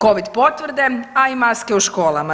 Covid potvrde, a i maske u školama.